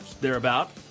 thereabout